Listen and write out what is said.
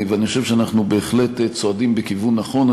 אני חושב שאנחנו בהחלט צועדים בכיוון נכון.